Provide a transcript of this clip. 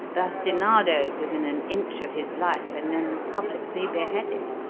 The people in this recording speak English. bastinadoed within an inch of his life, and then publicly beheaded.